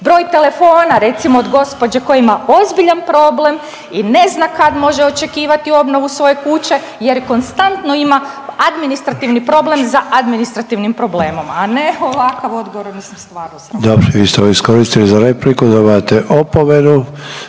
broj telefona recimo od gospođe koja ima ozbiljan problem i ne zna kad može očekivati obnovu svoje kuće jer konstantno ima administrativni problem za administrativnim problemom, a ne ovakav odgovor, mislim stvarno sramota. **Sanader, Ante (HDZ)** Dobro i vi ste ovo iskoristili za repliku i dobivate opomenu.